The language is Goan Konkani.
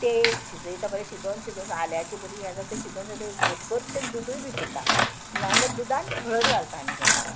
ते एक शिजयता बरें शिजोवन शिजोवन आल्याची बरी हे जाता ते शिजोवन जाता एक घोट भर ते दुदूय बिपीता नाल्यार दुदान हळद घालता आनी घेता